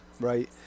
right